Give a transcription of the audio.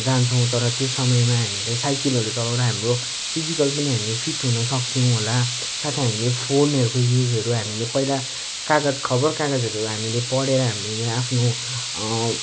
जान्छौँ तर त्यो समयमा हामीले साइकलहरू चलाउँदा हाम्रो फिजिकल पनि हामी फिट हुनुसक्थ्यौँ होला साथै हामीले फोनहरूको युजहरू हामीले पहिला कागज खबर कागजहरू हामीले पढेर हामीले आफ्नो